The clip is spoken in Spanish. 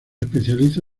especializa